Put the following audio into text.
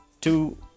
two